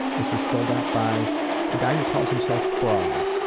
this was filled out by a guy who calls himself fraud.